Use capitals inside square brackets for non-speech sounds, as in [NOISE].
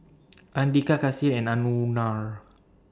Andika Kasih and [UNINTELLIGIBLE]